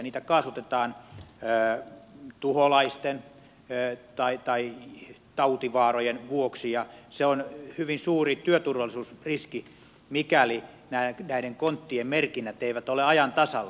niitä kaasutetaan tuholaisten tai tautivaarojen vuoksi ja se on hyvin suuri työturvallisuusriski mikäli näiden konttien merkinnät eivät ole ajan tasalla